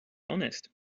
honest